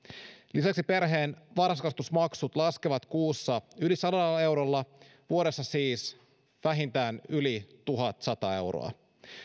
lisäksi perheen varhaiskasvatusmaksut laskevat kuussa yli sadalla eurolla vuodessa siis vähintään yli tuhatsata euroa